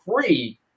free